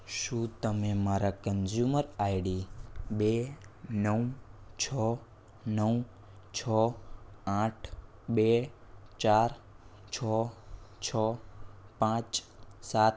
શું તમે મારા કન્ઝ્યુમર આઇડી બે નવ છ નવ છ આઠ બે ચાર છ છ પાંચ સાત